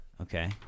Okay